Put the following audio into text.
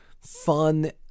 fun